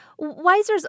Weiser's